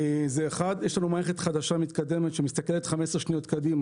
יש לנו מערכת חדישה ומתקדמת שמסתכלת 15 שניות קדימה.